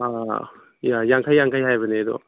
ꯑꯥ ꯌꯥꯡꯈꯩ ꯌꯥꯡꯈꯩ ꯍꯥꯏꯕꯅꯦ ꯑꯗꯣ